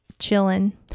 chilling